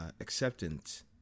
Acceptance